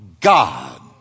God